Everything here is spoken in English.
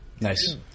Nice